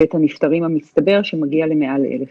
יתר הנפטרים המצטבר שמגיע למעל אלף.